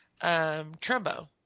Trumbo